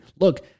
Look